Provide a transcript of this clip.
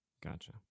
gotcha